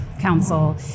council